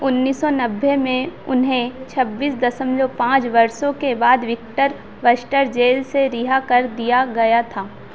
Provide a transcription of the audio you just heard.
उन्नीस सौ नब्बे में उन्हें छब्बीस दसमलब पाँच वर्षों के बाद बिक्टर वर्स्टर जेल से रिहा कर दिया गया था